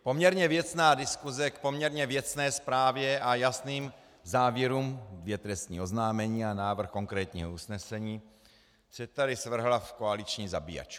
Poměrně věcná diskuse k poměrně věcné zprávě a jasným závěrům, dvě trestní oznámení a návrh konkrétního usnesení, se tady zvrhla v koaliční zabíjačku.